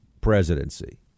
presidency